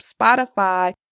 Spotify